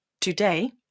today